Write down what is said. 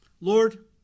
Lord